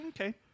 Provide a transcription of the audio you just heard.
Okay